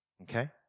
Okay